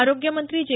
आरोग्य मंत्री जे